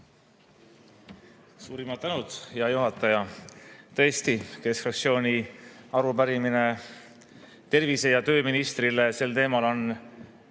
Suurimad tänud, hea juhataja! Tõesti, keskfraktsiooni arupärimine tervise‑ ja tööministrile sel teemal on